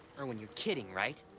irwin, you're kidding, right?